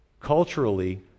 culturally